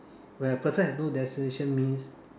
when a person has no destination means